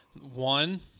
One